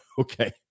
Okay